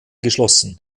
geschlossen